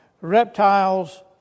reptiles